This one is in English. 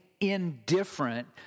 indifferent